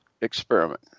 experiment